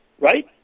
Right